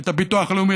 את הביטוח הלאומי,